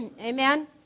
Amen